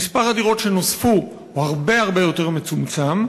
ומספר הדירות שנוספו הוא הרבה הרבה יותר מצומצם,